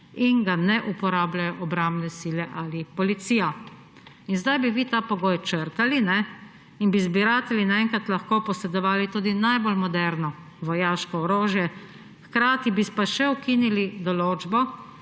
in ga ne uporabljajo obrambne sile ali policija. In zdaj bi vi ta pogoj črtali in bi zbiratelji naenkrat lahko posedovali tudi najbolj moderno vojaško orožje, hkrati bi pa še ukinili določbo,